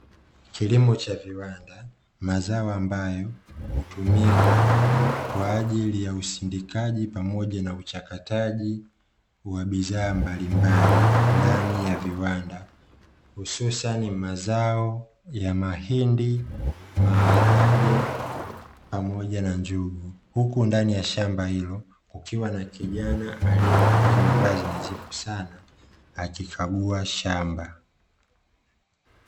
Kilimo cha viwanda, mazao ambayo hutumika kwa ajili ya usindikaji pamoja na uchakataji wa bidhaa mbalimbali ndani ya viwanda, hususan mazao ya: mahindi, maharage pamoja na njungu. Huku ndani ya shamba hilo kukiwa na kijana aliyevalia mavazi nadhifu sana akikagua shamba.